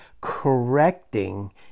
correcting